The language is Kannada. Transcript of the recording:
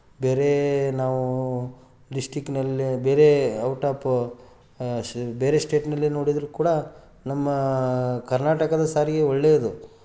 ಬೇರೆ ನಾವು ಡಿಸ್ಟ್ರಿಕ್ಕಿನಲ್ಲಿ ಬೇರೆ ಔಟ್ ಆಪ್ ಸ್ ಬೇರೆ ಸ್ಟೇಟ್ನಲ್ಲಿ ನೋಡಿದರು ಕೂಡ ನಮ್ಮ ಕರ್ನಾಟಕದ ಸಾರಿಗೆ ಒಳ್ಳೆಯದು